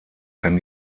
kann